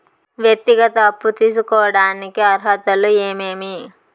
వ్యక్తిగత అప్పు తీసుకోడానికి అర్హతలు ఏమేమి